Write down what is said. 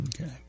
Okay